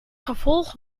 gevolg